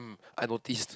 I notice